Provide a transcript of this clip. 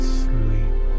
sleep